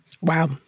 Wow